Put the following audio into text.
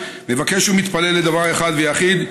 ןמבקש ומתפלל לדבר אחד ויחיד: